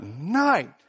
night